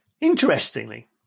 Interestingly